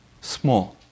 small